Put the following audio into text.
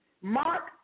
Mark